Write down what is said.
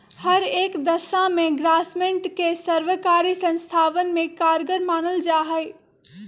हर एक दशा में ग्रास्मेंट के सर्वकारी संस्थावन में कारगर मानल जाहई